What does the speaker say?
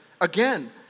Again